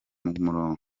murongo